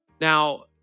Now